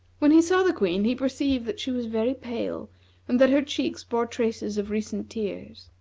when he saw the queen, he perceived that she was very pale and that her cheeks bore traces of recent tears.